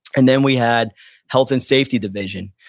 and then we had health and safety division.